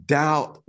doubt